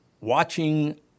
watching